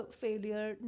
failure